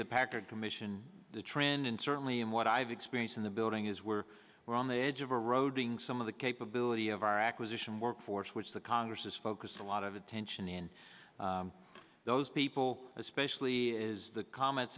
the packard commission the trend in certainly in what i've experienced in the building is we're we're on the edge of eroding some of the capability of our acquisition workforce which the congress has focused a lot of attention in those people especially is the comments